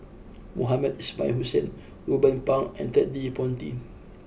Mohamed Ismail Hussain Ruben Pang and Ted De Ponti